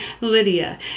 lydia